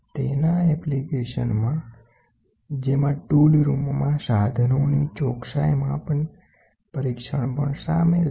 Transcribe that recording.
તેના એપ્લિકેશનમા જેમાં ટૂલ રૂમમાં સાધનોની ચોકસાઇ માપન પરીક્ષણ પણ શામેલ છે